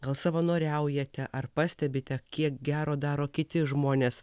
gal savanoriaujate ar pastebite kiek gero daro kiti žmonės